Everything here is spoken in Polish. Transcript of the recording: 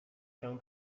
się